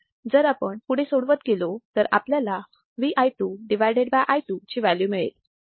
जर आपण पुढे सोडवत गेलो तर आपल्याला V i2 i 2 ची व्हॅल्यू मिळेल